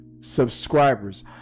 subscribers